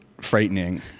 frightening